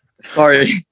Sorry